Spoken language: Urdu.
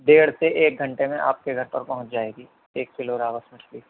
ڈیڑھ سے ایک گھنٹہ میں آپ کے گھر پر پہنچ جائے گی ایک کلو راوس مچھلی